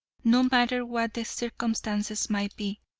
no matter what the circumstances might be,